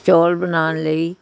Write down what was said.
ਚੌਲ ਬਣਾਉਣ ਲਈ